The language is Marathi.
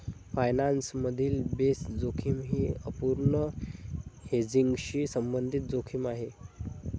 फायनान्स मधील बेस जोखीम ही अपूर्ण हेजिंगशी संबंधित जोखीम आहे